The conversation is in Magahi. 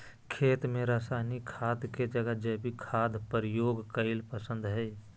खेत में रासायनिक खाद के जगह जैविक खाद प्रयोग कईल पसंद हई